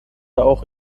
auch